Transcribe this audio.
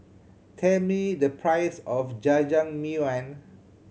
tell me the price of Jajangmyeon